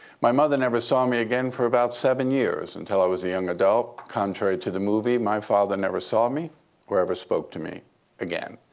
my mother never saw me again for about seven years until i was a young adult. contrary to the movie, my father never saw me or ever spoke to me again.